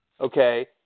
Okay